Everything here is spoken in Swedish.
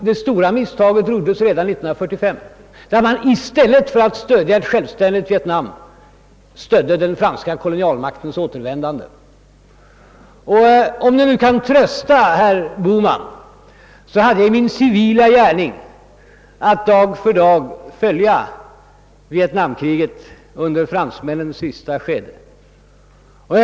Det stora misstaget gjordes nämligen redan år 1945 då man i stället för att stödja ett självständigt Vietnam stödde den franska kolonialmaktens återvändande. Om det nu kan trösta herr Bohman hade jag i min civila gärning att dag för dag följa vietnamkriget under fransmännens sista skede.